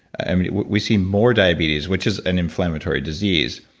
i mean we see more diabetes, which is an inflammatory disease